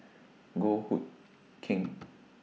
Goh Hood Keng